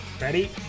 ready